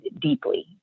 deeply